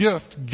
gift